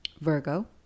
virgo